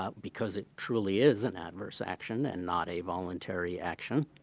ah because it truly is an adverse action and not a voluntary action,